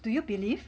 do you believe